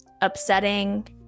upsetting